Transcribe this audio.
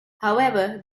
however